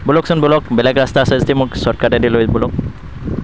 ব'লকচোন ব'লক বেলেগ ৰাস্তা আছে যদি মোক শ্ৱৰ্টকাটেদি লৈ ব'লক